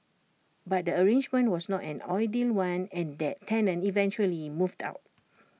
but the arrangement was not an ideal one and that tenant eventually moved out